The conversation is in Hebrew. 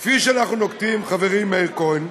כפי שאנחנו נוקטים, חברי מאיר כהן,